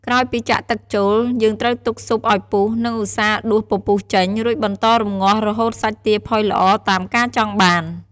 ក្រោយពីចាក់់ទឹកចូល យើងត្រូវទុកស៊ុបឱ្យពុះ និង ឧស្សាហ៍ដួសពពុះចេញ រួចបន្តរំងាស់រហូតសាច់ទាផុយល្អតាមការចង់បាន។